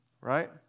Right